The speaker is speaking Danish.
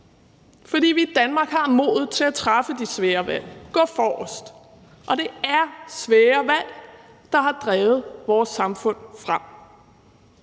fordi vi i Danmark har modet til at træffe de svære valg og gå forrest, og det er svære valg, der har drevet vores samfund frem.